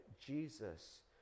Jesus